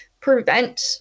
prevent